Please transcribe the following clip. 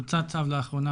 הוצא צו לאחרונה,